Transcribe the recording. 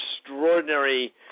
extraordinary